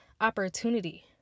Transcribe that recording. opportunity